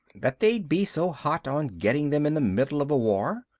that they'd be so hot on getting them in the middle of a war?